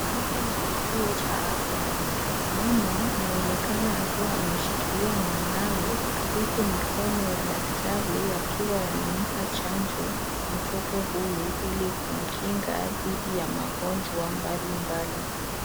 Hapa ni kituo cha afya. Mama anaonekana akiwa ameshikilia mwanawe, huku mikono ya daktari yakiwa yanampa chanjo, mtoto huyu, ili kumkinga dhidi ya magonjwa mbalimbali.